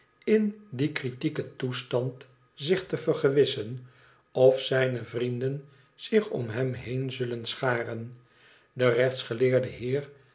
in dien kritieken toestand zich te vergewissen of zijne vrienden zich om hem heen zullen scharen de rechtsgeleerde heer